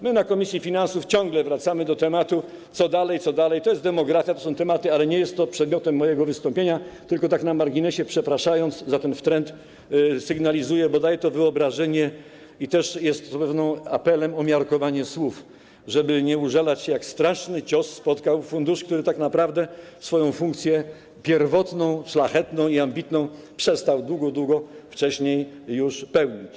My w komisji finansów ciągle wracamy do tego, co dalej - to jest demografia, to są inne tematy - ale nie jest to przedmiotem mojego wystąpienia, tylko tak na marginesie, przepraszając za ten wtręt, to sygnalizuję, bo daje to wyobrażenie i też jest pewnym apelem o miarkowanie słów, żeby nie użalać się, jak straszny cios spotkał fundusz, który tak naprawdę swoją funkcję pierwotną, szlachetną i ambitną, przestał długo, długo wcześniej już spełniać.